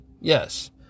Yes